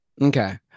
Okay